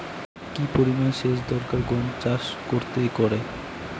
কি পরিমান সেচ দরকার গম চাষ করতে একরে?